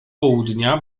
południa